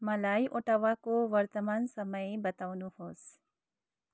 मलाई ओटावाको वर्तमान समय बताउनुहोस्